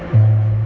ya